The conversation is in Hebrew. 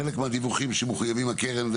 חלק מהדיווחים שמחויבת הקרן.